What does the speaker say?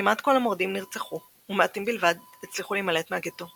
כמעט כל המורדים נרצחו ומעטים בלבד הצליחו להימלט מהגטו.